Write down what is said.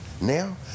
Now